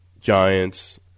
Giants